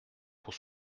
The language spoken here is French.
pour